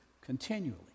continually